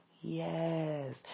Yes